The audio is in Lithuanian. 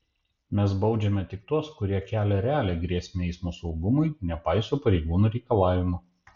mes baudžiame tik tuos kurie kelia realią grėsmę eismo saugumui nepaiso pareigūnų reikalavimų